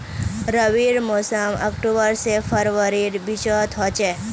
रविर मोसम अक्टूबर से फरवरीर बिचोत होचे